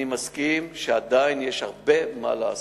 אני מסכים שעדיין יש הרבה מה לעשות,